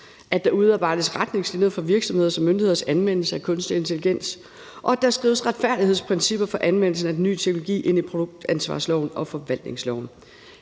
at der udarbejdes retningslinjer for virksomheders og myndigheders anvendelse af kunstig intelligens, og at der skrives retfærdighedsprincipper for anvendelsen af den nye teknologi ind i produktansvarsloven og forvaltningsloven.